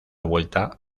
vuelta